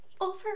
Over